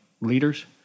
leaders